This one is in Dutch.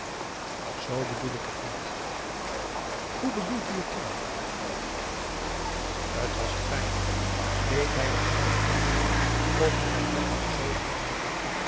bedoel ik het niet hoe bedoelt u het dan t was pijnlijk deed hij het nu met opzet of was hij werkelijk z wonderlijk naïef